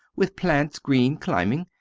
with plants green, climbing.